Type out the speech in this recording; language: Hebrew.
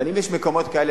אם יש מקומות כאלה,